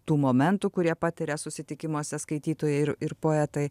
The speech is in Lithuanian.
tų momentų kurie patiria susitikimuose skaitytojai ir ir poetai